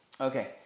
Okay